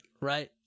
right